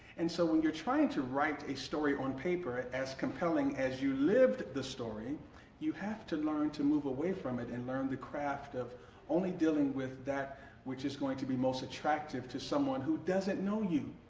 and so when you're trying to write a story on paper as compelling as you lived the story you have to learn to move away from it and learn the craft of only dealing with that which is going to be most attractive to someone who doesn't know you!